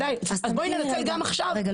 אז בואי ננצל את זה גם עכשיו.